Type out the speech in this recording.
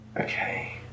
okay